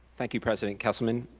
thank you president kesselman.